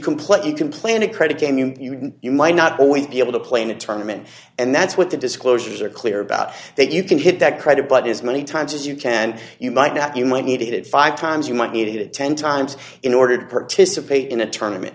complaint you complain a credit game you might not always be able to play in a tournament and that's what the disclosures are clear about that you can hit that credit but as many times as you can you might not you might need it five times you might need it ten times in order to participate in a tournament